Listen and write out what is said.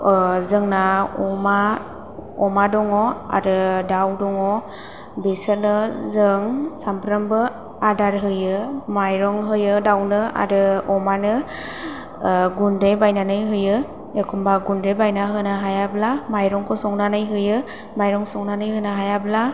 जोंना अ'मा अ'मा दङ आरो दाव दङ बिसोरनो जों सानफ्रोमबो आदार होयो माइरं होयो दावनो आरो अ'मानो गुन्दै बायनानै होयो एखमबा गुन्दै बायनानै होनो हायाब्ला माइरंखौ संनानै होयो माइरं संनानै होनो हायाब्ला